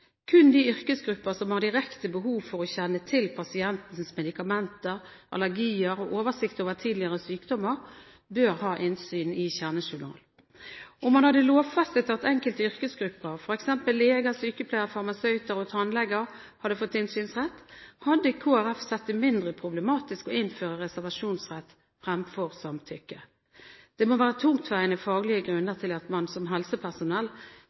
Kun de yrkesgrupper som har direkte behov for å kjenne til pasientens medikamenter og allergier og ha oversikt over tidligere sykdommer, bør ha innsyn i kjernejournal. Om man hadde lovfestet at enkelte yrkesgrupper, f.eks. leger, sykepleiere, farmasøyter og tannleger, har innsynsrett, hadde Kristelig Folkeparti sett det som mindre problematisk å innføre reservasjonsrett fremfor samtykke. Det må være tungtveiende faglige grunner til at man som helsepersonell